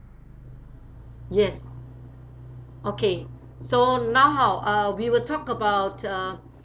yes okay so now how uh we will talk about uh